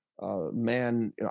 man